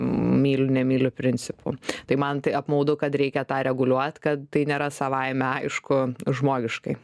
myliu nemyliu principu tai man tai apmaudu kad reikia tą reguliuot kad tai nėra savaime aišku žmogiškai